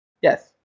yes